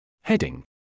Heading